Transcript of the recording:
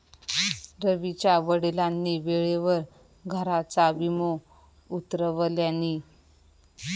रवीच्या वडिलांनी वेळेवर घराचा विमो उतरवल्यानी